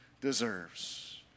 deserves